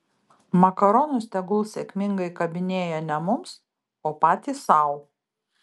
makaronus tegul sėkmingai kabinėja ne mums o patys sau